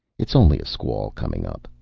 it's only a squall coming up,